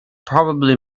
probably